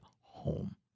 home